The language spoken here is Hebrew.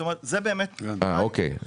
זו נקודה חשובה.